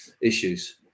issues